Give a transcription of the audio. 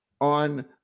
on